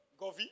Govi